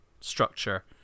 structure